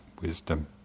wisdom